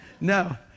No